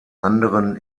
anderen